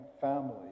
family